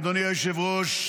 אדוני היושב-ראש,